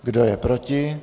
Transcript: Kdo je proti?